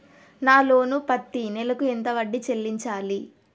నా లోను పత్తి నెల కు ఎంత వడ్డీ చెల్లించాలి?